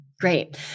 Great